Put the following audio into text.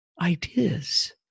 ideas